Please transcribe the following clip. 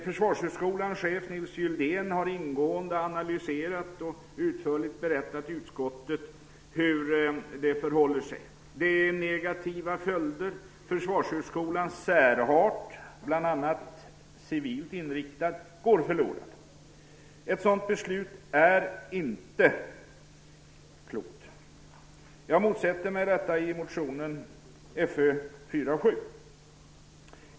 Försvarshögskolans chef, Nils Gyldén, har ingående analyserat och i utskottet utförligt berättat hur det förhåller sig. Det får negativa följder. Försvarshögskolans särart, bl.a. civilt inriktad, går förlorad. Ett sådant beslut är inte klokt. Jag motsätter mig detta i motionen Fö47.